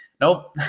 Nope